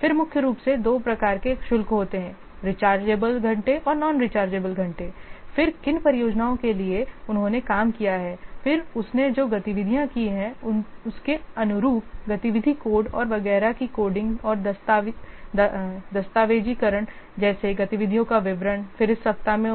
फिर मुख्य रूप से दो प्रकार के शुल्क होते हैं रिचार्जेबल घंटे और नॉन रिचार्जेबल घंटे फिर किन परियोजनाओं के लिए उन्होंने काम किया हैफिर उसने जो गतिविधियाँ की हैं उसके अनुरूप गतिविधि कोड और वगैरह की कोडिंग और दस्तावेजीकरण जैसी गतिविधियों का विवरण फिर इस सप्ताह में